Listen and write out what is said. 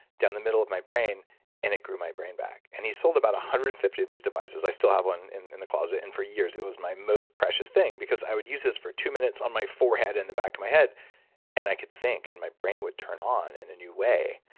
down the middle of my brain and it grew my brain back. and he sold about one hundred and fifty of these devices. i still have one in in the closet and for years it was my most precious thing because i would use this for two minutes in my forehead and the back of my head and i could think and my brain would turn on in a new way.